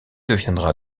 deviendra